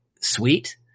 sweet